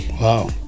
Wow